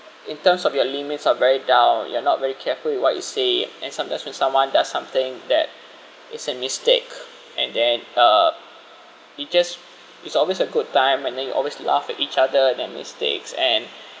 in terms of your limits are very down you're not very careful with what you say and sometimes when someone does something that is a mistake and then uh it just it's always a good time and then you always laugh at each other their mistakes and